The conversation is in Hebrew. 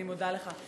אני מודה לך.